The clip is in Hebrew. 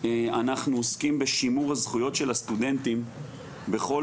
אנחנו עוסקים בשימור הזכויות של הסטודנטים בכל